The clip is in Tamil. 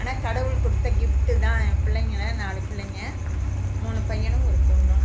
ஆனால் கடவுள் கொடுத்த கிஃப்ட்டு தான் என் பிள்ளைங்க நாலு பிள்ளைங்க மூணு பையனும் ஒரு பொண்ணும்